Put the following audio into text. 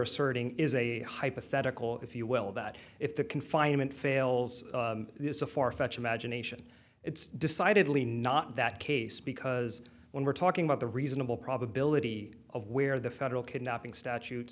asserting is a hypothetical if you will that if the confinement fails is a far fetched imagination it's decidedly not that case because when we're talking about the reasonable probability of where the federal kidnapping statute